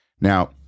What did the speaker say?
Now-